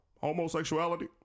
Homosexuality